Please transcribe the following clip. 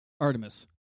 Artemis